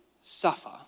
suffer